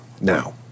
now